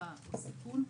ומצוקה בסיכון,